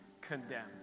condemned